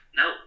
no